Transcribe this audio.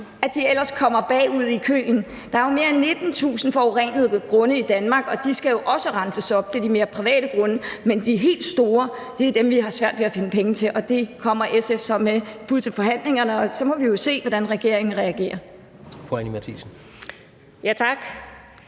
at de ellers kommer bagud i køen. Der er mere end 19.000 forurenede grunde i Danmark, og de skal jo også renses op. Det er mere de private grunde, men de helt store er dem, vi har svært ved at finde penge til, og det kommer SF med et bud på til forhandlingerne, og så må vi jo se, hvordan regeringen reagerer.